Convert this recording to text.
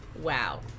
Wow